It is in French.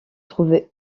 trouvaient